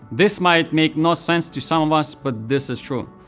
this might make no sense to some of us, but this is true.